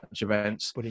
events